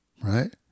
right